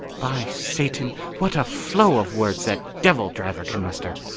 by satan, what a flow of words that devil driver can muster!